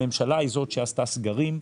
הממשלה היא זאת שעשתה סגרים,